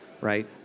right